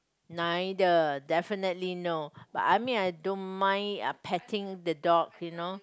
neither definitely no but I mean I don't mind uh patting the dog you know